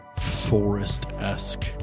forest-esque